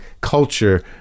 culture